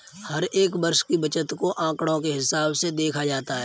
हर एक वर्ष की बचत को आंकडों के हिसाब से देखा जाता है